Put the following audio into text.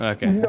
Okay